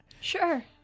Sure